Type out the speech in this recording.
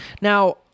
Now